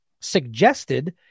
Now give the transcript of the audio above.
suggested